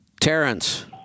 Terrence